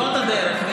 זו הדרך.